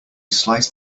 slice